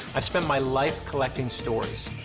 i've spent my life collecting stories.